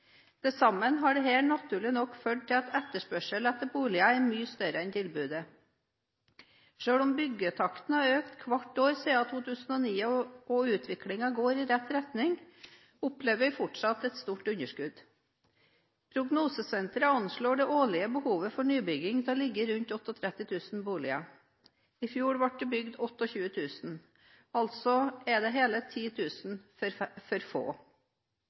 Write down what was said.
Til sammen har dette naturlig nok ført til at etterspørselen etter boliger er mye større enn tilbudet. Selv om byggetakten har økt hvert år siden 2009 og utviklingen går i rett retning, opplever vi fortsatt et stort underskudd. Prognosesenteret anslår det årlige behovet for nybygging til å ligge rundt 38 000 boliger. I fjor ble det bygget 28 000 boliger, altså er det hele 10 000 for få.